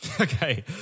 Okay